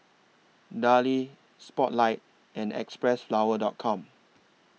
Darlie Spotlight and Xpressflower Dot Com